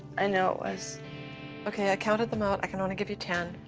i know it was. ok, i counted them out, i can only give you ten.